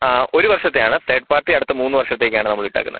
ആ ഒരു വർഷത്തെയാണ് തേർഡ് പാർട്ടി അടുത്ത മൂന്ന് വർഷത്തേക്കാണ് നമ്മൾ ഇട്ടേക്കുന്നത്